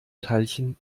teilchen